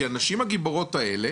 כי הנשים הגיבורות האלה